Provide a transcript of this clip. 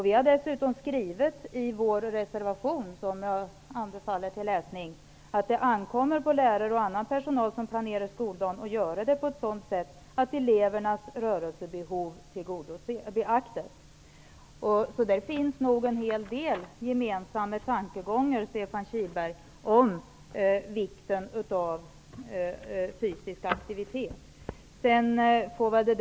Vi har dessutom i vår reservation, som jag anbefaller till läsning, skrivit att det ankommer på lärare och annan personal som planerar skoldagen att göra det på ett sådant sätt att elevernas rörelsebehov beaktas. Det finns nog en hel del gemensamma tankegångar om vikten av fysisk aktivitet, Stefan Kihlberg.